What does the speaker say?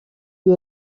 you